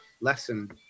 lesson